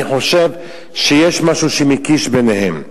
אני חושב שיש משהו שמשיק ביניהם.